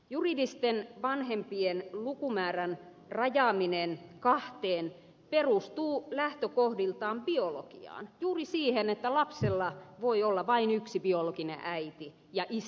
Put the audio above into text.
juridisten vanhempien lukumäärän rajaaminen kahteen perustuu lähtökohdiltaan biologiaan juuri siihen että lapsella voi olla vain yksi biologinen äiti ja isä